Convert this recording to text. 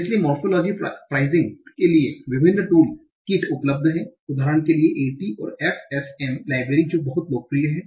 इसलिए morphology parsing के लिए विभिन्न टूल किट उपलब्ध हैं उदाहरण के लिए AT और FSM लाइब्रेरी जो बहुत लोकप्रिय है